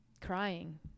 crying